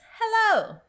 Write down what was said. Hello